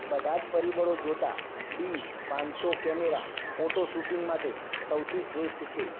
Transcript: બધા જ પરીબળો જોતાં ડી પાંચસો કેમેરા ફોટો શૂટિંગ માટે સૌથી શ્રેષ્ઠ છે